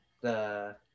the-